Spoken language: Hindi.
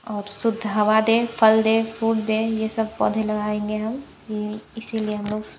और शुद्ध हवा दें फल दें फूल दें ये सब पौधे लगाएंगे हम यह इसीलिए हम लोग